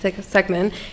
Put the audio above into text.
segment